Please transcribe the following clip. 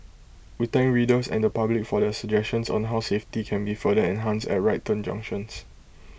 we thank readers and the public for their suggestions on how safety can be further enhanced at right turn junctions